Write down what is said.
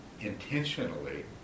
intentionally